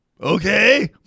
okay